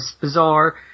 bizarre